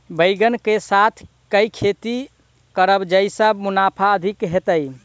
बैंगन कऽ साथ केँ खेती करब जयसँ मुनाफा अधिक हेतइ?